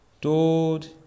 told